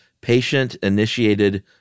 patient-initiated